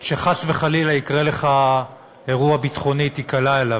שחס וחלילה יקרה לך אירוע ביטחוני, שתיקלע אליו.